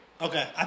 Okay